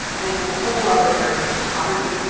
i think the whole other area is poverty